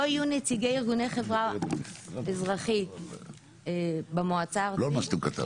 יהיו נציגי ארגוני חברה אזרחית במועצה הארצית --- לא מה שאתם כתבתם.